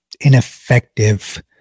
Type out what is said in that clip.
ineffective